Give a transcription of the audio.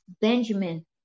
Benjamin